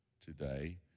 today